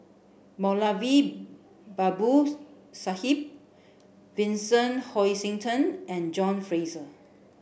Moulavi Babu Sahib Vincent Hoisington and John Fraser